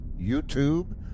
YouTube